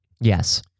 Yes